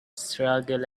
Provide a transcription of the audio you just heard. struggle